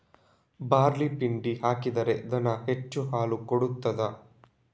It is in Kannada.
ಬಾರ್ಲಿ ಪಿಂಡಿ ಹಾಕಿದ್ರೆ ದನ ಹೆಚ್ಚು ಹಾಲು ಕೊಡ್ತಾದ?